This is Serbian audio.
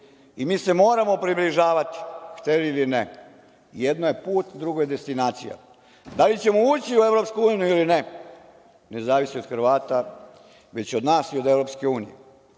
i mi se moramo približavati, hteli ili ne. Jedno je put, drugo je destinacija. Da li ćemo ući u EU ili ne, ne zavisi od Hrvata, već od nas i od EU.